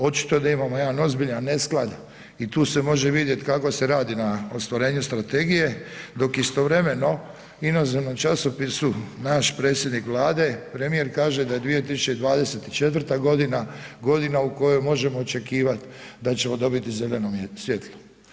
Očito je da imamo jedan ozbiljan nesklad i tu se može vidjeti kako se radi na ostvarenju strategije, dok istovremeno inozemnom časopisu, naš predsjednik Vlade, premijer, kaže da je 2024. g., godina u kojoj možemo očekivati da ćemo dobiti zeleno svjetlo.